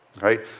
right